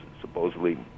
supposedly